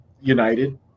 united